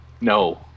no